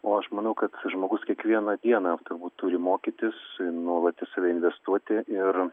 o aš manau kad žmogus kiekvieną dieną turbūt turi mokytis nuolat į save investuoti ir